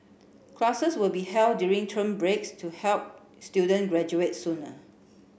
classes will be held during term breaks to help students graduate sooner